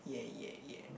yeah yeah yeah